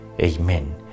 Amen